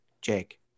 Jake